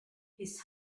his